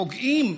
פוגעים,